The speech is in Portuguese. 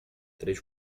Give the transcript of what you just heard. três